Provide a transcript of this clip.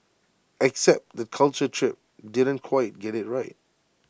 except that Culture Trip didn't quite get IT right